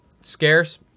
scarce